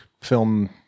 Film